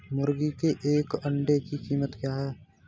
मुर्गी के एक अंडे की कीमत क्या है?